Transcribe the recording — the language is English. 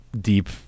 deep